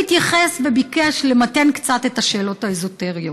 הוא התייחס, וביקש למתן קצת את השאלות האזוטריות.